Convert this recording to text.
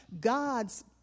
God's